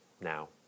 Now